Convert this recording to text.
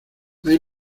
hay